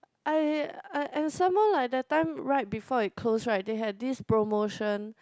I I and some more like that time right before it close right they had this promotion